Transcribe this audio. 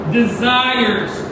desires